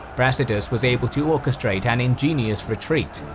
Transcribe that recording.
brasidas was able to orchestrate an ingenious retreat,